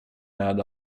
med